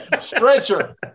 Stretcher